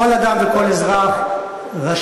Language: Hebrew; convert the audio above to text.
כל אדם וכל אזרח רשאי,